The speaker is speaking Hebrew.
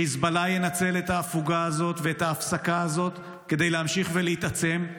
חיזבאללה ינצל את ההפוגה הזאת ואת ההפסקה הזאת כדי להמשיך ולהתעצם.